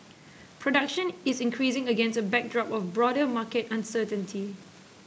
production is increasing against a backdrop of broader market uncertainty